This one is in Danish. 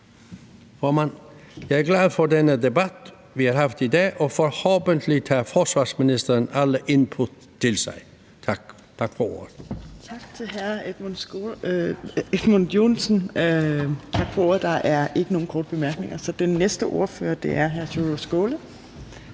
Jeg er glad for denne debat, vi har haft i dag, og forhåbentlig tager forsvarsministeren alle input til sig. Tak for ordet.